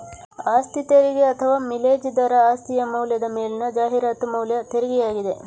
ಆಸ್ತಿ ತೆರಿಗೆ ಅಥವಾ ಮಿಲೇಜ್ ದರ ಆಸ್ತಿಯ ಮೌಲ್ಯದ ಮೇಲಿನ ಜಾಹೀರಾತು ಮೌಲ್ಯ ತೆರಿಗೆಯಾಗಿದೆ